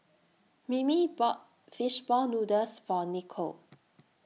Mimi bought Fish Ball Noodles For Nicolle